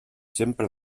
sempre